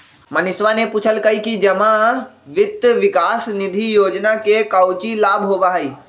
मनीषवा ने पूछल कई कि जमा वित्त विकास निधि योजना से काउची लाभ होबा हई?